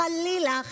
חלילה,